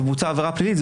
ובוצעה עבירה פלילית,